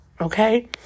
Okay